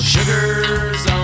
Sugar's